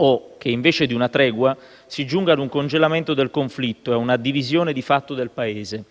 o che, invece di una tregua, si giunga a un congelamento del conflitto e a una divisione di fatto del Paese.